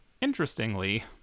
interestingly